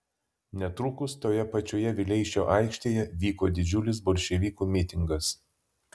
netrukus toje pačioje vileišio aikštėje vyko didžiulis bolševikų mitingas